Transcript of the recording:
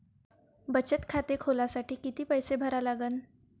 बचत खाते खोलासाठी किती पैसे भरा लागन?